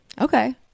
okay